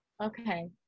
okay